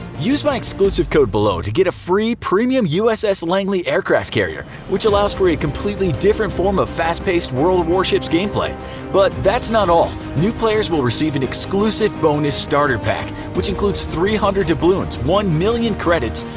use my exclusive code below and get a free premium uss langley aircraft carrier, which allows for a completely different form of fast-paced world of warships gameplay. but that's not all! new players will receive an exclusive bonus starter pack which includes three hundred doubloons, one million credits,